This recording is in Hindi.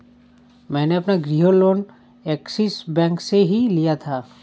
मैंने अपना गृह लोन ऐक्सिस बैंक से ही लिया था